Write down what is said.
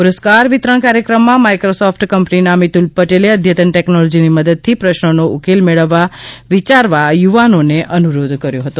પુરસ્કાર વિતરણ કાર્યક્રમમાં માઇક્રોસોફ્ટ કંપનીના મીતુલ પટેલે અદ્યતન ટેકનોલોજીની મદદથી પ્રશ્નોનો ઉકેલ મેળવવા વિચારવા યુવાનોને અનુરોધ કર્યો હતો